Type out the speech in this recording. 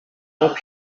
bob